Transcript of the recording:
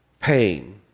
pain